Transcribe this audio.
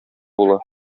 була